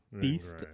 Beast